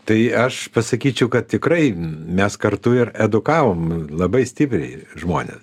tai aš pasakyčiau kad tikrai mes kartu ir edukavom labai stipriai žmones